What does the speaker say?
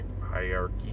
hierarchy